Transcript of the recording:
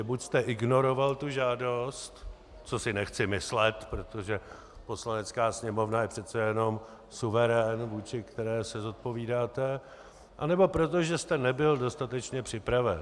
Buď jste ignoroval tu žádost, což si nechci myslet, protože Poslanecká sněmovna je přece jenom suverén, vůči kterému se zodpovídáte, anebo proto, že jste nebyl dostatečně připraven.